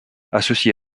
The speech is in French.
associé